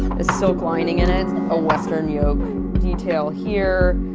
silk lining in it. a western yoke detail here.